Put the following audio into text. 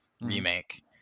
remake